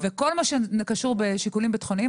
וכל מה שקשור בשיקולים ביטחוניים,